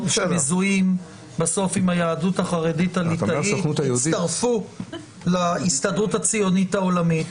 שמזוהים בסוף עם היהדות החרדית הליטאית הצטרפו להסתדרות הציונית העולמית.